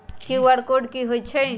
QR code कि हई छई?